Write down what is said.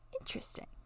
Interesting